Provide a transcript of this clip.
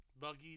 Buggy